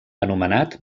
anomenat